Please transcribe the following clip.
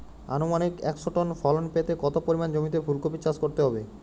আনুমানিক একশো টন ফলন পেতে কত পরিমাণ জমিতে ফুলকপির চাষ করতে হবে?